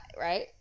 right